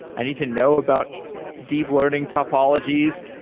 i need to know about deep learning topologies.